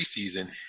preseason